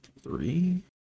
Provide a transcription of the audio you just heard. three